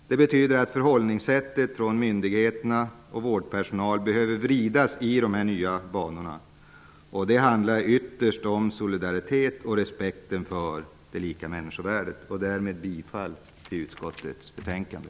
Det betyder att förhållningssättet från myndigheternas och vårdpersonalens sida behöver vridas i nya banor. Det handlar ytterst om solidaritet och om respekten för det lika människovärdet. Därmed yrkar jag bifall till hemställan i utskottets betänkande.